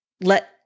let